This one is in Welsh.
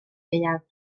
gaeaf